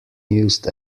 used